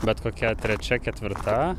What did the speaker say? bet kokia trečia ketvirta